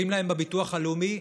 אומרים להם בביטוח הלאומי: